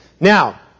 Now